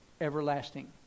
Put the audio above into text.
Everlasting